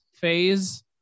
phase